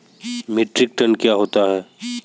Metric tonne क्या होता है?